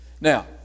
Now